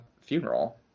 funeral